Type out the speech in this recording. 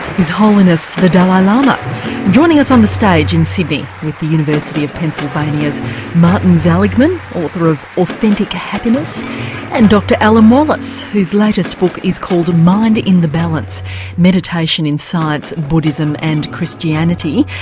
his holiness the dalai lama joining us on the stage in sydney with the university of pennsylvania's martin seligman, author of authentic happiness and dr alan wallace, whose latest book is called mind in the balance meditation in science, buddhism and christianity.